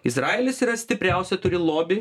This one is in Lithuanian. izraelis yra stipriausia turi lobį